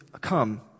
come